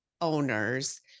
owners